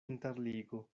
interligo